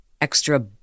extra